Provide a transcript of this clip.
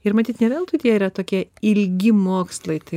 ir matyt ne veltui tie yra tokie ilgi mokslai tai